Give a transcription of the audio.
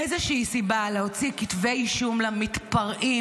איזושהי סיבה להוציא כתבי אישום למתפרעים